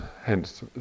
hence